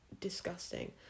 disgusting